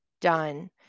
done